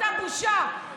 אתה בושה.